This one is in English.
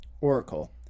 Oracle